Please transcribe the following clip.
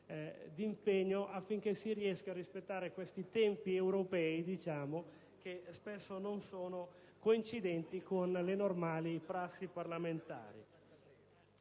d'impegno affinché si riesca a rispettare i tempi europei, che spesso non sono coincidenti con le normali prassi parlamentari.